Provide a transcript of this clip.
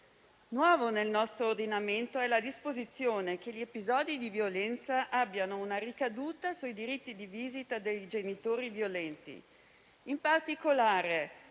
nuova nel nostro ordinamento la disposizione che fa sì che gli episodi di violenza abbiano una ricaduta sui diritti di visita dei genitori violenti. In particolare,